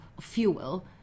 fuel